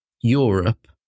Europe